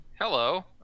Hello